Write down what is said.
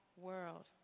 world